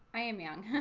i am young